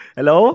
Hello